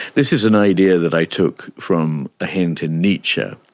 this is an idea that i took from a hint in nietzsche.